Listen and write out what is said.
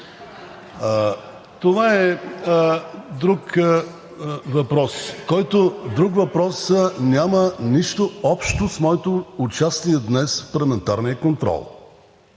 Това е друг въпрос, който няма нищо общо с моето участие днес в парламентарния контрол.